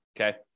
Okay